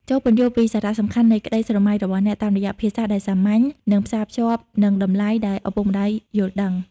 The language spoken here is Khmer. ចូរពន្យល់ពីសារៈសំខាន់នៃក្តីស្រមៃរបស់អ្នក តាមរយៈភាសាដែលសាមញ្ញ និងផ្សារភ្ជាប់នឹងតម្លៃដែលឪពុកម្តាយយល់ដឹង។